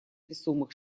весомых